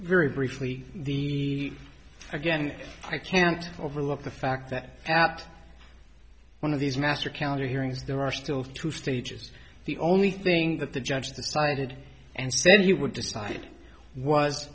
very briefly the again i can't overlook the fact that at one of these master county hearings there are still two stages the only thing that the judge decided and said he would decide was